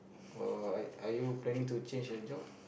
or are are you planning to change a job